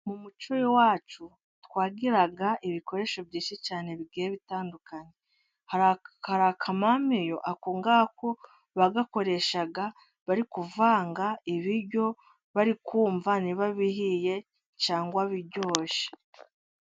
Mu muco wacu twagiraga ibikoresho byinshi cyane bigiye bitandukanye. Hari akamamiyo, akongako bagakoreshaga bari kuvanga ibiryo bari kumva niba bihiye cyangwa biryoshye.